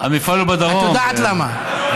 את יודעת למה?